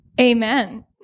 Amen